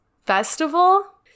festival